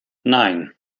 nein